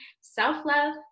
self-love